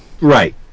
Right